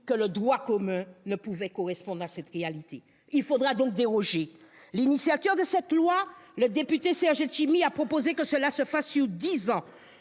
que le droit commun ne pouvait correspondre à cette réalité. Il faudra donc déroger. L'initiateur de cette proposition de loi, le député Serge Letchimy, a proposé que cela se fasse sur dix ans,